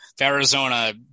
Arizona